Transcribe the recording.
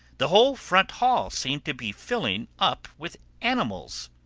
the whole front hall seemed to be filling up with animals.